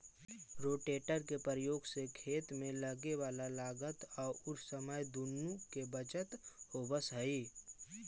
rotator के प्रयोग से खेत में लगे वाला लागत औउर समय दुनो के बचत होवऽ हई